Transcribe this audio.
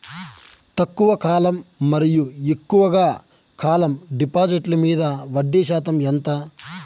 తక్కువ కాలం మరియు ఎక్కువగా కాలం డిపాజిట్లు మీద వడ్డీ శాతం ఎంత?